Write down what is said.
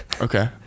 Okay